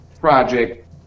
project